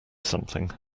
something